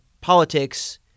politics